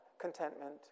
Contentment